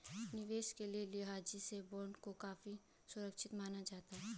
निवेश के लिहाज से बॉन्ड को काफी सुरक्षित माना जाता है